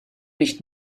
nicht